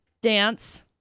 dance